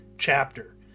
chapter